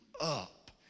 up